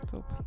Top